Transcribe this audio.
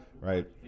right